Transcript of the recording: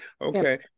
okay